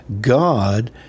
God